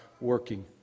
working